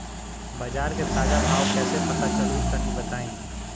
बाजार के ताजा भाव कैसे पता चली तनी बताई?